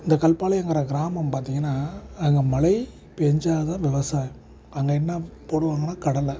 இந்த கல்பாளையங்கிற கிராமம் பார்த்தீங்கனா அங்கே மலை பெஞ்சால்தான் விவசாயம் அங்கே என்ன போடுவாங்கனால் கடலை